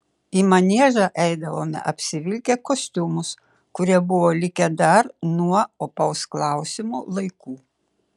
į maniežą eidavome apsivilkę kostiumus kurie buvo likę dar nuo opaus klausimo laikų